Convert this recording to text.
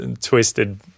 twisted